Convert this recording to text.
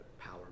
power